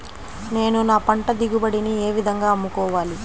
నేను నా పంట దిగుబడిని ఏ విధంగా అమ్ముకోవాలి?